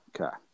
Okay